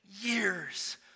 years